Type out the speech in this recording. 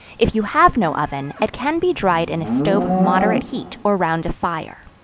if you have no oven, it can be dried in a stove of moderate heat, or round a fire.